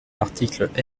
l’article